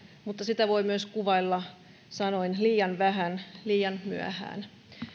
mutta sitä voi myös kuvailla sanoin liian vähän liian myöhään